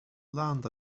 land